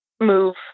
move